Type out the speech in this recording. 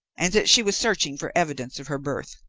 and that she was searching for evidence of her birth.